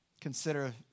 consider